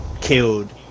killed